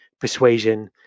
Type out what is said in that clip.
persuasion